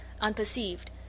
Unperceived